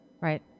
right